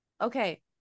Okay